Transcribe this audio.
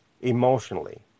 emotionally